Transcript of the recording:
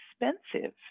expensive